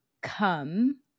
come